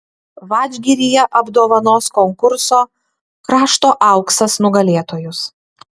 vadžgiryje apdovanos konkurso krašto auksas nugalėtojus